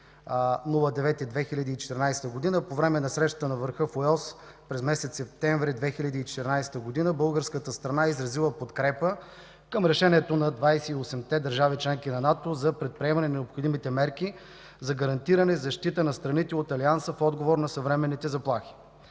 по време на срещата на върха в Уелс през месец септември 2014 г., българската страна е изразила подкрепа към решението на 28-те държави – членки на НАТО, за предприемане на необходимите мерки за гарантиране и защита на страните от Алианса в отговор на съвременните заплахи.